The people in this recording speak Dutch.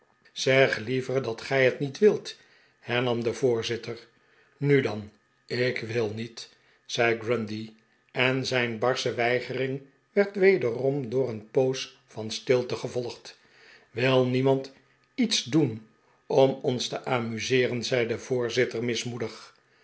zeg liever dat gij het niet wilt hernam de voorzitter nu dan ik wil niet zei grundy en zijn barsche weigering wefd wederom door een poos van stilte gevolgd wil niemand ietsdoen om ons te amuseeren zei de voorzitter mismoedig